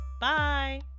Bye